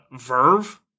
Verve